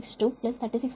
62 36